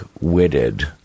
witted